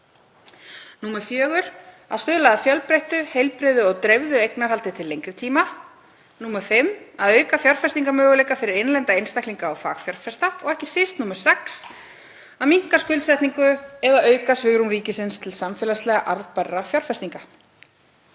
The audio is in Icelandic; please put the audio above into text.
hlutunum. 4. Að stuðla að fjölbreyttu heilbrigðu og dreifðu eignarhaldi til lengri tíma. 5. Að auka fjárfestingarmöguleika fyrir innlenda einstaklinga og fagfjárfesta. 6. Síðast en ekki síst, að minnka skuldsetningu eða auka svigrúm ríkisins til samfélagslega arðbærra fjárfestinga.